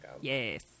Yes